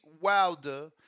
Wilder